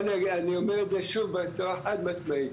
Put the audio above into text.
אני אומר את זה שוב בצורה חד משמעית,